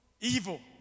Evil